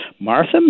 Martha